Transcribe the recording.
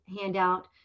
handout